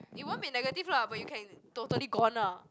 it won't be negative lah but you can totally gone lah